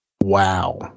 Wow